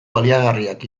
baliagarriak